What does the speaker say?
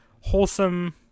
wholesome